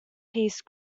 piece